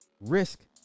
risk